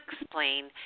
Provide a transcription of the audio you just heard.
explain